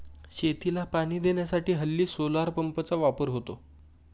शेतीला पाणी देण्यासाठी हल्ली सोलार पंपचा वापर होतो